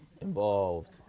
involved